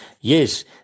yes